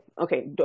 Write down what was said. okay